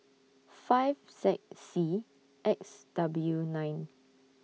five Z C X W nine